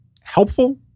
helpful